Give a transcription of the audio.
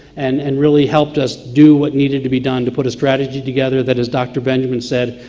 and and really helped us do what needed to be done to put a strategy together that, as dr. benjamin said,